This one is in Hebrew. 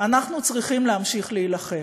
אנחנו צריכים להמשיך להילחם.